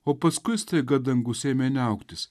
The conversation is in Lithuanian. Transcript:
o paskui staiga dangus ėmė niauktis